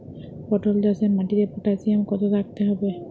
পটল চাষে মাটিতে পটাশিয়াম কত থাকতে হবে?